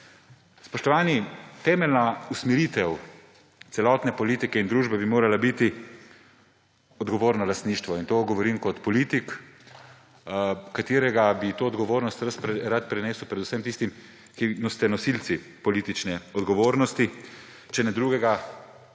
Spoštovani, temeljna usmeritev celotne politike in družbe bi morala biti odgovorno lastništvo. In to govorim kot politik, ki bi to odgovornost rad prenesel predvsem tistim, ki ste nosilci politične odgovornosti, če ne drugega